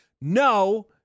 no